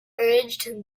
urged